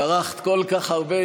טרחת כל כך הרבה,